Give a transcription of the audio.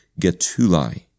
Getuli